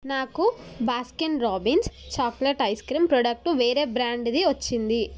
నాకు Baskin Robbins chocolate ice cream product వేరే బ్రాండుది వచ్చింది